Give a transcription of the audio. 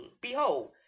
behold